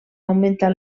augmentar